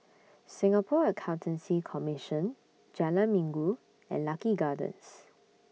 Singapore Accountancy Commission Jalan Minggu and Lucky Gardens